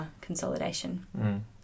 consolidation